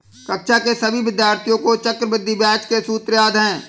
कक्षा के सभी विद्यार्थियों को चक्रवृद्धि ब्याज के सूत्र याद हैं